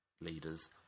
leaders